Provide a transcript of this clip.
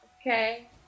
Okay